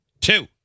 two